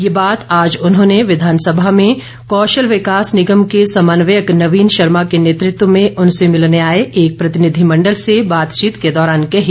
ये बात आज उन्होंने विधानसभा में कौशल विकास निगम के समन्वयक नवीन शर्मा के नेतृत्व में उनसे मिलने आए एक प्रतिनिधिमण्डल से बातचीत के दौरान कही